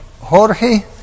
Jorge